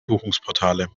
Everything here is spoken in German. buchungsportale